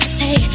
say